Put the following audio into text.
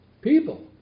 people